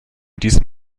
diesem